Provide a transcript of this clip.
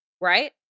right